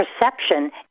perception